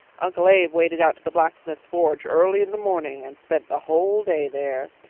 uncle abe waded out to the blacksmith's forge early in the morning and spent the whole day there.